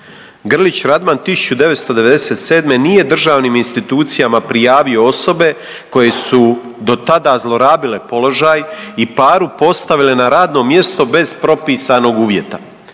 Grlić Radman 1997. nije državnim institucijama prijavi osobe koje su dotada zlorabile položaj i Paru postavile na radno mjesto bez propisanog uvjeta.